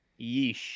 Yeesh